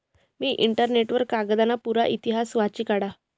मी internet वर कागदना पुरा इतिहास वाची काढा